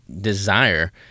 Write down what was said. desire